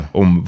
om